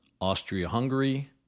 Austria-Hungary